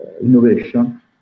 innovation